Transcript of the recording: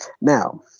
Now